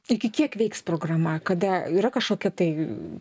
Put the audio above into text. iki kiek veiks programa kada yra kažkokia tai